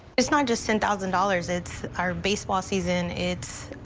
it's not just ten thousand dollars. it's our baseball season, it's